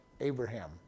Abraham